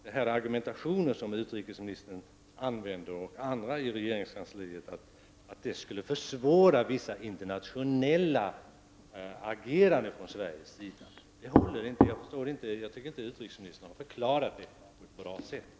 Den argumentation som utrikesministern och andra i regeringskansliet använder om att detta skulle försvåra för Sverige att agera internationellt håller inte. Jag anser inte att utrikesministern på något sätt har förklarat denna ståndpunkt.